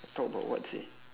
talk about what sia